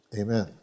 Amen